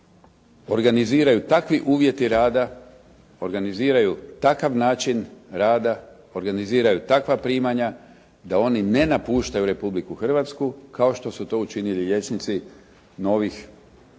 organiziraju takvi uvjeti rada, organiziraju takav način rada, organiziraju takva primanja da oni ne napuštaju Republiku Hrvatsku kao što su to učinili liječnici novih članica